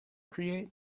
create